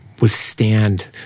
withstand